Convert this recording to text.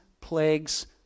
plagues